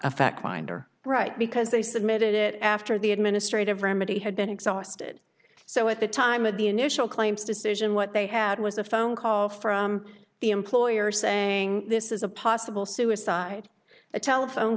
a fact finder right because they submitted it after the administrative remedy had been exhausted so at the time of the initial claims decision what they had was a phone call from the employer saying this is a possible suicide a telephone